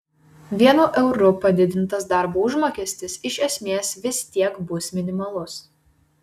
vienu euru padidintas darbo užmokestis iš esmės vis tiek bus minimalus